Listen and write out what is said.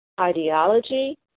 ideology